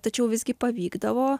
tačiau visgi pavykdavo